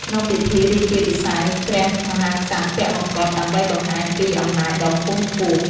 ក្នុងពិធីរាជាភិសេក ព្រះមហាក្សត្រពាក់ម្កុដ ដើម្បីបង្ហាញពីអំណាចដ៏ខ្ពង់ខ្ពស់។